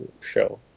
show